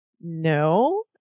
No